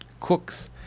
cooks